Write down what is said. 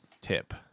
tip